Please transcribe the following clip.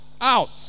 out